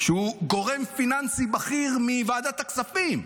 שהוא גורם פיננסי בכיר מוועדת הכספים,